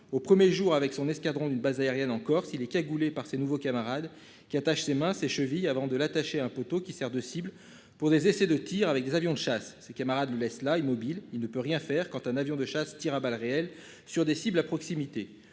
au 1er jour avec son escadron d'une base aérienne encore si les cagoulés par ses nouveaux camarades qui attache ses mains ses chevilles avant de l'attacher à un poteau qui sert de cible pour des essais de tirs avec des avions de chasse ses camarades nous laisse là, immobile, il ne peut rien faire quand un avion de chasse tirent à balles réelles sur des cibles à proximité.